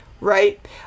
Right